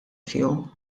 fihom